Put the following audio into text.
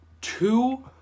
Two